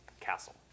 castle